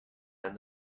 and